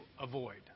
avoid